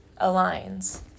aligns